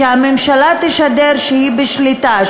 שהממשלה תשדר שהיא בשליטה,